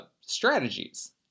strategies